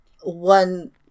one